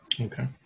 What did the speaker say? okay